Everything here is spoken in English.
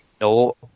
No